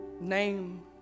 name